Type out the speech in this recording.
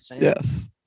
Yes